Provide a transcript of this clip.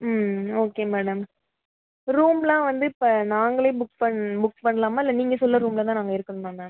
ம் okay madam ரூமெலாம் வந்து இப்போ நாங்களே புக் பண் புக் பண்ணலாமா இல்லை நீங்கள் சொல்கிற ரூமில் தான் நாங்கள் இருக்கணுமா மேம்